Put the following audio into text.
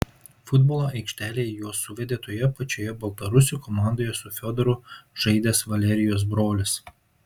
futbolo aikštelėje juos suvedė toje pačioje baltarusių komandoje su fiodoru žaidęs valerijos brolis